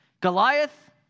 Goliath